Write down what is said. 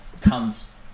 comes